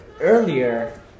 earlier